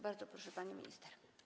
Bardzo proszę, pani minister.